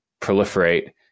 proliferate